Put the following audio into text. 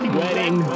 wedding